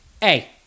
hey